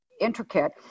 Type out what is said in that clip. intricate